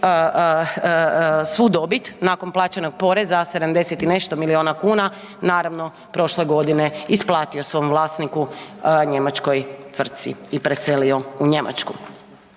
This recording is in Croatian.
svu dobit nakon plaćenog poreza 70 i nešto miliona kuna naravno prošle godine isplati svom vlasniku njemačkoj tvrtki i preselio u Njemačku.